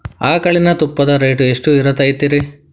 ಆಕಳಿನ ತುಪ್ಪದ ರೇಟ್ ಎಷ್ಟು ಇರತೇತಿ ರಿ?